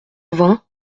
vingt